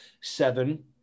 seven